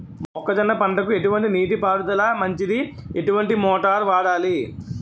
మొక్కజొన్న పంటకు ఎటువంటి నీటి పారుదల మంచిది? ఎటువంటి మోటార్ వాడాలి?